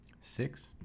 Six